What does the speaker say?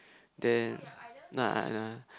then nah I don't want